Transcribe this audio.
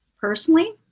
personally